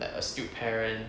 the astute parent